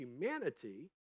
humanity